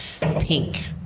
pink